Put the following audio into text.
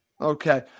Okay